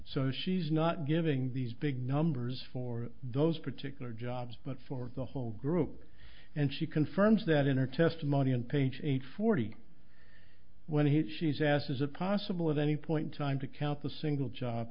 so she's not giving these big numbers for those particular jobs but for the whole group and she confirms that in her testimony on page eight forty when he she is asked as a possible at any point time to count the single job